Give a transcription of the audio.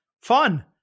fun